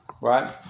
right